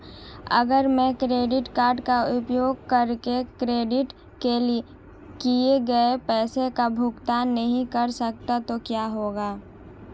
अगर मैं credit card का उपयोग करके क्रेडिट किए गए पैसे का भुगतान नहीं कर सकता तो क्या होगा?